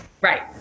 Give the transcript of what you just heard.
right